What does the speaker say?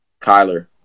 Kyler